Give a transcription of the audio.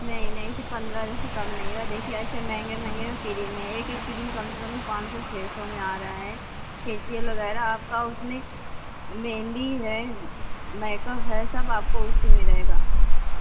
नहीं नहीं फिर पन्द्रह हज़ार से कम नहीं है देखिए ऐसे महँगे महँगे किरीम है एक एक किरीम कम से कम पाँच सौ छः सौ में आ रहा है फेशिअल वग़ैरह आपका उसमें मेहँदी है मैकप है सब आपको उसी में रहेगा